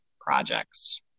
projects